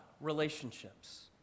relationships